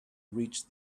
reach